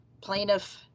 plaintiff